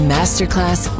Masterclass